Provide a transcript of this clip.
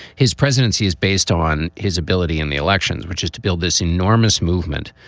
his presidency is based on his ability in the elections, which is to build this enormous movement.